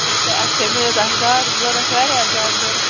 اَچھا اَدٕ کیٛاہ مےٚ حظ آسہٕ گاڈٕ ضروٗرت واریاہ زیادٕ ضروٗرت